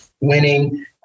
winning